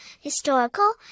historical